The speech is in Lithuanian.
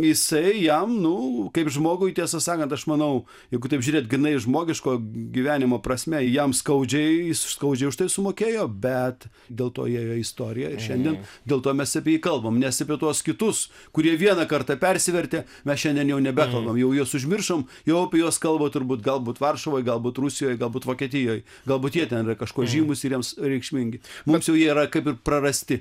jisai jam nu kaip žmogui tiesą sakant aš manau jeigu taip žiūrėt grynai žmogiško gyvenimo prasme jam skaudžiai jis skaudžiai už tai sumokėjo bet dėl to įėjo į istoriją ir šiandien dėl to mes apie jį kalbam nes apie tuos kitus kurie vieną kartą persivertė mes šiandien jau nebekalbam jau juos užmiršom jau apie juos kalba turbūt galbūt varšuvoj galbūt rusijoj galbūt vokietijoj galbūt jie ten yra kažkuo žymūs ir jiems reikšmingi mums jau jie yra kaip ir prarasti